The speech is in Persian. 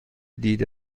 دیده